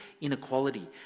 inequality